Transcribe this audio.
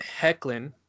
hecklin